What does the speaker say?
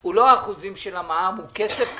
הוא לא אחוזים של המע"מ, הוא כסף קטן.